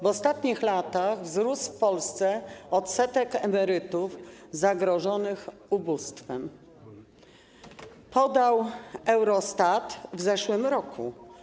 W ostatnich latach wzrósł w Polsce odsetek emerytów zagrożonych ubóstwem, jak podał Eurostat w zeszłym roku.